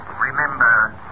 Remember